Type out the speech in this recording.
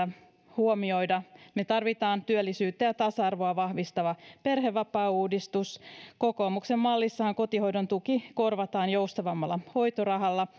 huomioida tarvitaan työllisyyttä ja tasa arvoa vahvistava perhevapaauudistus kokoomuksen mallissahan kotihoidon tuki korvataan joustavammalla hoitorahalla